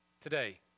today